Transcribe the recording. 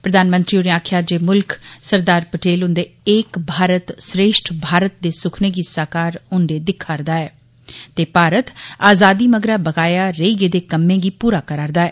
प्रधानमंत्री होरें आक्खेआ जे मुक्ख सरदार पटेल हुंदे ''एक भारत क्षेष्ठ भारत दे सुखने गी साकार होंदे दिक्खा'रदा ऐ'' ते भारत आजादी मगरा बकाया रेई गेदे कम्में गी पूरा करा'रदा ऐ